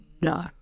no